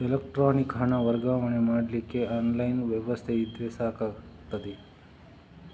electronic ಹಣ ವರ್ಗಾವಣೆ ಮಾಡ್ಲಿಕ್ಕೆ ಆನ್ಲೈನ್ ವ್ಯವಸ್ಥೆ ಇದ್ರೆ ಸಾಕಾಗ್ತದೆ